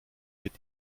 wird